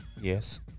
Yes